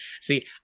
see